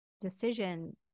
decision